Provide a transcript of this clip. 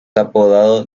apodado